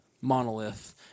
monolith